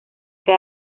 que